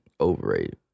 overrated